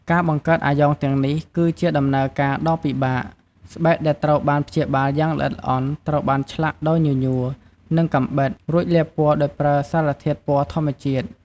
ការបង្កើតអាយ៉ងទាំងនេះ គឺជាដំណើរការដ៏លំបាក៖ ស្បែកដែលត្រូវបានព្យាបាលយ៉ាងល្អិតល្អន់ ត្រូវបានឆ្លាក់ដោយញញួរ និងកាំបិត រួចលាបពណ៌ដោយប្រើសារធាតុពណ៌ធម្មជាតិ។